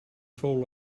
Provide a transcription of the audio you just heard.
fou